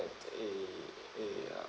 a a uh